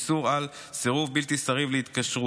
איסור על סירוב בלתי סביר להתקשרות,